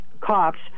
cops